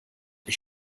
ich